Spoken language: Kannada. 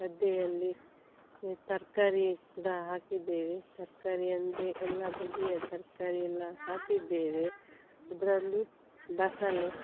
ಗದ್ದೆಯಲ್ಲಿ ತರಕಾರಿ ಕೂಡ ಹಾಕಿದ್ದೇವೆ ತರಕಾರಿ ಅಂದರೆ ಎಲ್ಲ ಬಗೆಯ ತರಕಾರಿ ಎಲ್ಲ ಹಾಕಿದ್ದೇವೆ ಅದರಲ್ಲಿ ಬಸಳೆ